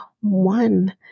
one